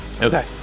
Okay